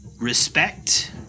respect